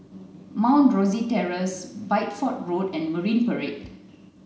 Mount Rosie Terrace Bideford Road and Marine Parade